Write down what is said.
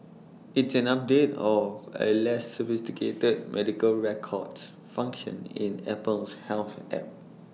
it's an update of A less sophisticated medical records function in Apple's health app